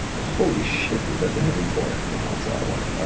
holy shit, dude. that's a heavy pour. wow. that's a lot of wine.